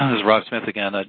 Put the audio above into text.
is rob smith again. i'd